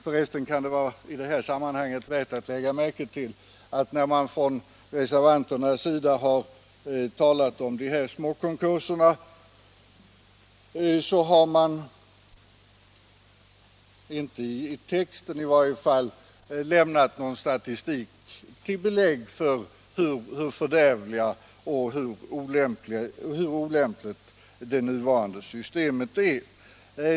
För resten kan det i detta sammanhang vara värt att lägga märke till att reservanterna inte i betänkandet har redovisat någon statistik som visar hur fördärvligt och olämpligt det nuvarande systemet är.